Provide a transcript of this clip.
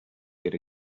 get